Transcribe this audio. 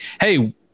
hey